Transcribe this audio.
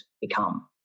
become